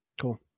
Cool